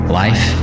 life